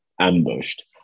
ambushed